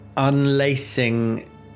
unlacing